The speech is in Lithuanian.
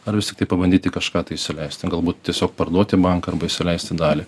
ar vis tiktai pabandyti kažką tai įsileisti galbūt tiesiog parduoti banką arba įsileisti dalį